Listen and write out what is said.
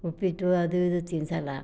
ಉಪ್ಪಿಟ್ಟು ಅದು ಇದು ತಿನ್ಸೋಲ್ಲ